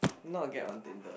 not get on Tinder